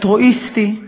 אלטרואיסטי,